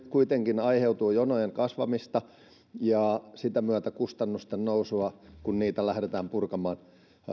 kuitenkin aiheutua jonojen kasvamista ja sitä myötä kustannusten nousua kun jonoja lähdetään purkamaan